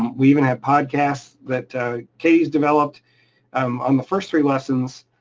we even have podcasts that katie's developed um on the first three lessons,